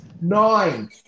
Nine